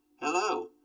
Hello